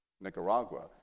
Nicaragua